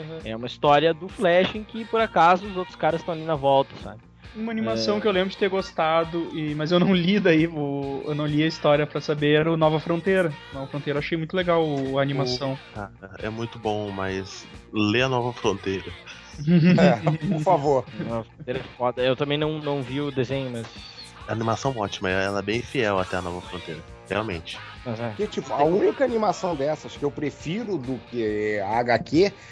Uhum. É uma história do Flash em que, por acaso, os outros caras tão ali na volta, sabe? Uma animação É. que eu lembro de ter gostado e- mas eu não li daí o- eu não li a história pra saber, era o Nova Fronteira. Nova Fronteira, eu achei muito legal o- a O- animação. É muito bom, mas lê a Nova Fronteira. É, por favor. Nova Fronteira é foda. Eu também não- não vi o desenho, mas- A animação ótima, ela é bem fiel até a Nova Fronteira, realmente. Mas é. Porque, tipo, a única animação dessas que eu prefiro do que a HQ, é-